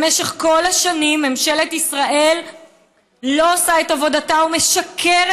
במשך כל השנים ממשלת ישראל לא עושה את עבודתה ומשקרת